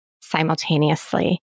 simultaneously